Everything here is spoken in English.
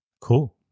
Cool